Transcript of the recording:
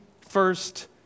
first